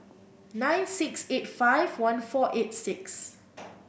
nine six eight five one four eight six